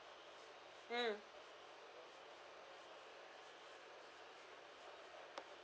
mm